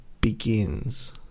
begins